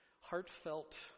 heartfelt